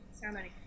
ceremony